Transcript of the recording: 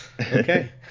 Okay